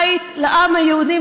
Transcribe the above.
בית לעם היהודי.